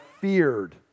feared